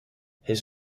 his